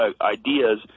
ideas